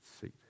seat